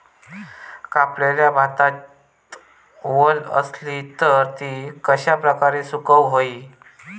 कापलेल्या भातात वल आसली तर ती कश्या प्रकारे सुकौक होई?